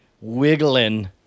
wiggling